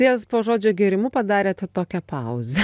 ties po žodžio gėrimu padarėte tokią pauzę